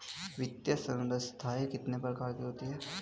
वित्तीय संस्थाएं कितने प्रकार की होती हैं?